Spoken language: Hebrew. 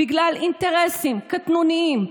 בגלל אינטרסים קטנוניים,